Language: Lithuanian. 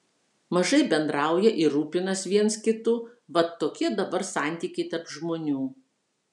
mažai bendrauja ir rūpinas viens kitu vat tokie dabar santykiai tarp žmonių